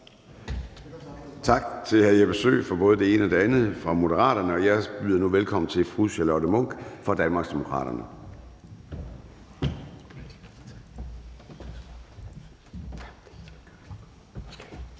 Tak til hr. Jeppe Søe fra Moderaterne for både det ene og det andet. Og jeg byder nu velkommen til fru Charlotte Munch fra Danmarksdemokraterne. Kl.